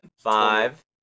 Five